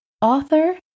author